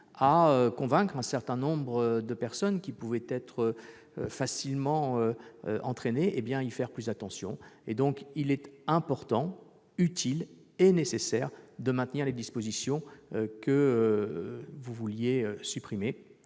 à convaincre un certain nombre de personnes qui pouvaient être facilement entraînées de faire plus attention. Il est donc important, utile et nécessaire de maintenir les dispositions dont la suppression